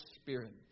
Spirit